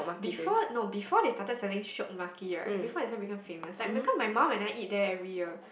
before no before they started selling shiok maki right before it started become famous like because my mum and I eat there every year